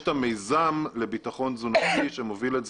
יש את המיזם לביטחון תזונתי שמוביל אותו